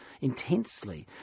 intensely